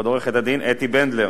עורכת-הדין אתי בנדלר.